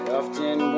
often